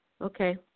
Okay